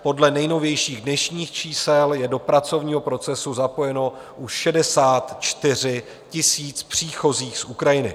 Podle nejnovějších dnešních čísel je do pracovního procesu zapojeno už 64 000 příchozích z Ukrajiny.